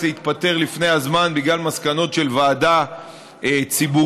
להתפטר לפני הזמן בגלל מסקנות של ועדה ציבורית,